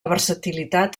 versatilitat